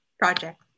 project